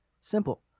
simple